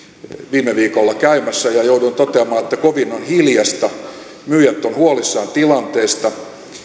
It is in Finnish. viime viikolla käymässä ja jouduin toteamaan että kovin on hiljaista myyjät ovat huolissaan tilanteesta